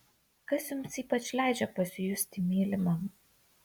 kas jums ypač leidžia pasijusti mylimam